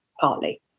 partly